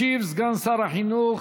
ישיב סגן שר החינוך